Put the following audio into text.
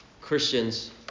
Christians